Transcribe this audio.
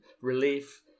relief